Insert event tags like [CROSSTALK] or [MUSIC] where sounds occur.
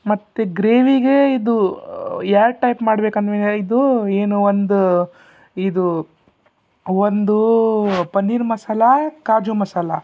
ಮತ್ತು ಗ್ರೇವಿಗೆ ಇದು ಎರಡು ಟೈಪ್ ಮಾಡ್ಬೇಕು [UNINTELLIGIBLE] ಇದು ಏನು ಒಂದು ಇದು ಒಂದು ಪನ್ನೀರ್ ಮಸಾಲ ಕಾಜು ಮಸಾಲ